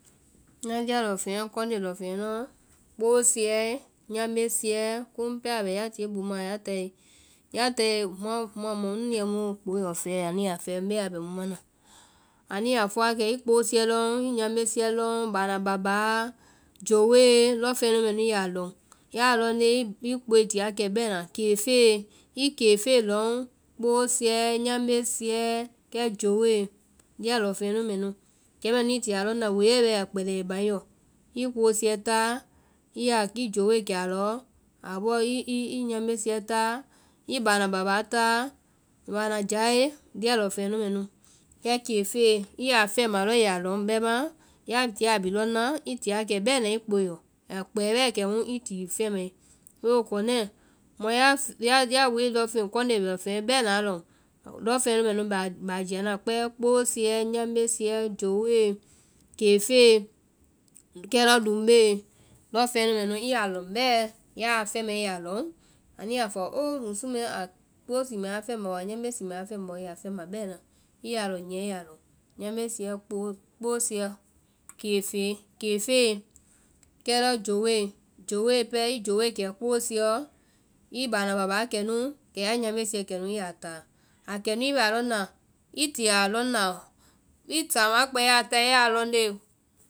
ŋna lie lɔŋfeŋɛ kɔnde lɔŋfeŋɛ nuɔ, kpoosiɛ, nyambe siɛ, kumu a bɛ ya tie bumaã ya tae, ya tae muã mɔ munu yɛ mu kpoe lɔ fɛɛ anu ya fɛɛ mbe wa bɛ nu mana, anu ya fɔ wakɛ i kpoosiɛ lɔŋ, i nyambe siɛ lɔŋ, báana bábáa. jowoe, lɔŋ feŋɛ nu mɛ nu i yaa a lɔŋ. Yaa lɔŋ ndee i kpoei ti wakɛ bɛna, kéefee, i kéefee lɔŋ, kpoosiɛ, nyambe siɛ, kɛ jowoe, lia lɔŋfeŋɛ nu mɛ nu. Kɛ mɛnu i ti a lɔŋna a kpɛɛ bɛɛ woiɛ i baŋ i yɔ. I kpoosiɛ táa i ya- i jowoe kɛ alɔ, a bɔɔ nyambe siɛ táa, i báana bábaa táa. báana jae, lia lɔŋfeŋɛ nu mɛ nu. kɛ kéefee, i yaa fɛma lɔɔ i yaa lɔŋ bɛmaã, ya tie a bhii lɔŋ naa i ti wakɛ bɛna i kpoe yɔ, a kpɛɛ bɛɛ kɛmu i ti fɛmae. kɔnɛ́ɛ, mɔ ya ya woe i lɔŋfeŋ, kɔnde lɔŋfeŋɛ bɛna lɔŋ, lɔŋfeŋɛ nu mɛ nu mbɛ a jia naa kpɛɛ, kpoosiɛ, nyambe siɛ, jowoe, kéefee, kɛ lɔ lumbee. lɔŋfeŋɛ nu mɛ nu i yaa lɔŋ bɛɛ, ya a fɛmae i ya lɔŋ, anu ya fɔ oo musu mɛɛ a kpoosi mɛ wa fɛma oo, a nyambesi mɛɛ wa fɛma oo, i ya fɛma bɛɛ i yaa lɔ nyia i yaa lɔŋ. nyambe siɛ, kpo-kpoosiɛ, kefee, kéefee, kɛ lɔ jowoe, jowoe pɛɛ, i jowoe kɛ kpoosiɛ yɔ, i báana bábáa kɛ nu, kɛ ya nyambe siɛ kɛ nu i yaa táa. A kɛnu i bɛ a lɔŋ na, i tée a lɔŋ na, sáamaã a kpɛe ya a lɔŋ nde